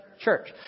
Church